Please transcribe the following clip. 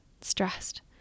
stressed